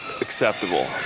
acceptable